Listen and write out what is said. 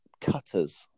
cutters